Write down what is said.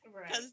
Right